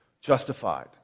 Justified